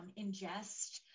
ingest